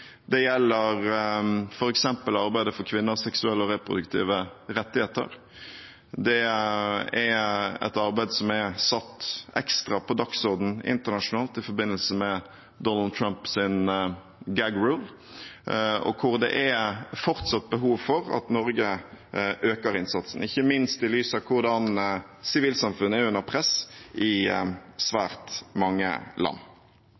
Det gjelder f.eks. arbeidet for kvinners seksuelle og reproduktive rettigheter. Det er et arbeid som er satt ekstra på dagsordenen internasjonalt i forbindelse med Donald Trumps «gag rule», og der det fortsatt er behov for at Norge øker innsatsen – ikke minst i lys av hvordan sivilsamfunnet er under press i svært mange land.